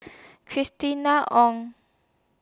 Christina Ong